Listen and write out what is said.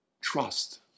Trust